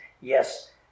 yes